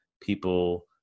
people